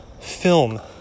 film